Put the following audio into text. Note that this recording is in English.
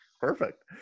Perfect